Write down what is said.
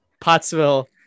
Pottsville